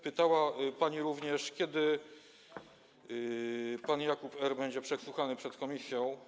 Pytała pani również, kiedy pan Jakub R. będzie przesłuchany przed komisją.